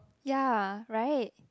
ya right